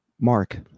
Mark